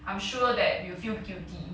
I'm sure that you feel guilty